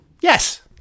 Yes